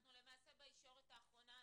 אנחנו נמצאים בישורת האחרונה,